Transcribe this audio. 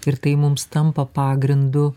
ir tai mums tampa pagrindu